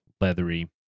leathery